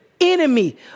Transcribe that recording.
enemy